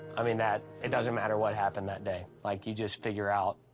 i mean, that it doesn't matter what happened that day. like, you just figure out,